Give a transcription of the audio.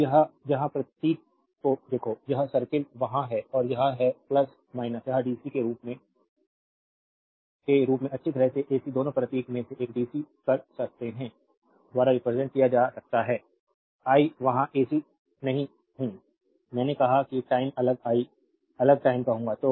अब एक यहां प्रतीक को देखो एक सर्कल वहां है और यह है यह डीसी के रूप में के रूप में अच्छी तरह से एसी दोनों प्रतीक में से एक डीसी कर सकते हैं द्वारा रिप्रेजेंट किया जा सकता है आई वहां एसी नहीं हूं मैंने कहा कि टाइम अलग आई अलग टाइम कहूंगा